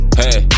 hey